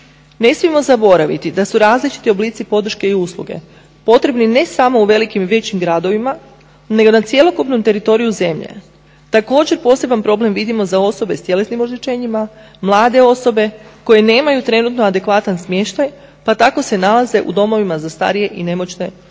Ne smijemo zaboraviti da su različiti oblici podrške i usluge potrebni ne samo u velikim i većim gradovima nego na cjelokupnom teritoriju zemlje. Također poseban problem vidimo za osobe s tjelesnim oštećenjima, mlade osobe koje nemaju trenutno adekvatan smještaj pa tako se nalaze u domovima za starije i nemoćne osobe.